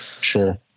sure